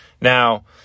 Now